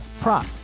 prop